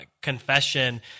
Confession